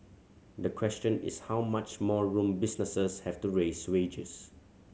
the question is how much more room businesses have to raise wages